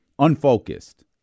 unfocused